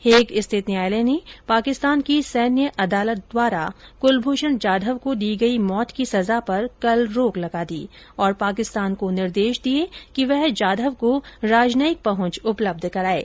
Hague स्थित न्यायालय ने पाकिस्तान की सैन्य अदालत द्वारा कुलभूषण जाधव को दी गई मौत की सजा पर कल रोक लगा दी और पाकिस्तान को निर्देश दिया कि वह जाधव को राजनयिक पहंच उपलब्ध कराये